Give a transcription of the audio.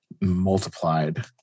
multiplied